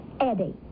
Eddie